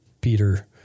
Peter